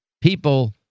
people